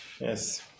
yes